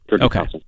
Okay